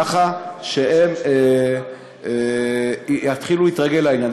ככה שהם יתחילו להתרגל לעניין.